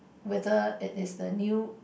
whether it is the new